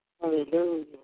Hallelujah